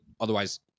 otherwise